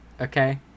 okay